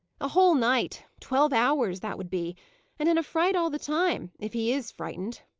a whole night twelve hours, that would be and in a fright all the time, if he is frightened.